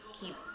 keep